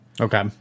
Okay